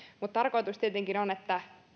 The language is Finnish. mutta tarkoitus tietenkin on että